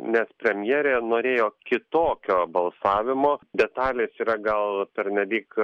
nes premjerė norėjo kitokio balsavimo detalės yra gal pernelyg